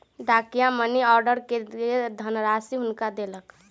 डाकिया money order के धनराशि हुनका देलक